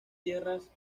tierras